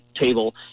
table